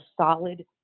solid